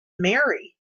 marry